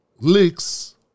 leaks